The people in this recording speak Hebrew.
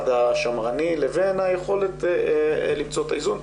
השמרני לבין היכולת למצוא את האיזון,